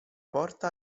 porta